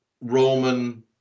Roman